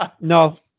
No